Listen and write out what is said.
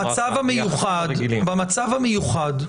מצב המיוחד,